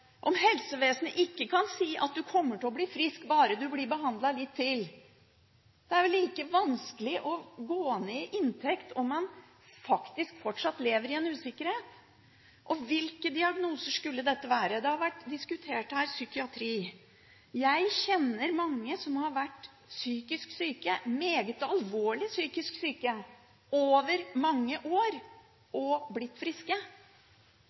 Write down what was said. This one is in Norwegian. om helsevesenet ikke kan si at man kommer til å bli frisk bare man blir behandlet litt til. Det er vel like vanskelig å gå ned i inntekt om man faktisk fortsatt lever i en usikkerhet. Hvilke diagnoser skulle dette gjelde? Det har vært diskutert psykiatri. Jeg kjenner mange som har vært meget alvorlig psykisk syke over mange år, og som har blitt friske.